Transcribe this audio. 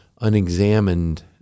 unexamined